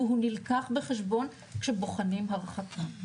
והוא נלקח בחשבון כשבוחנים הרחקה.